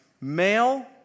male